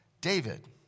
David